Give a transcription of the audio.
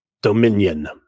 Dominion